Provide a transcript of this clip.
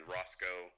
Roscoe